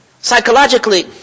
psychologically